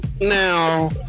now